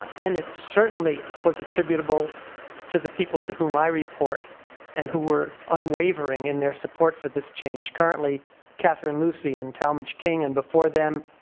and it certainly was attributable to the people to whom i report and who were unwavering in their support for this change, currently katherine lucy and talmege king and before them,